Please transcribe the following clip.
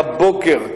מהבוקר,